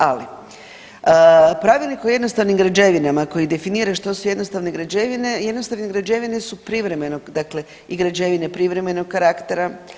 Ali, Pravilnik o jednostavnim građevinama koji definira što su jednostavne građevine, jednostavne građevine su privremenog dakle i građevine privremenog karaktera.